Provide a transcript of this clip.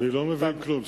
אינני מבין כלום.